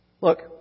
Look